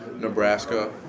Nebraska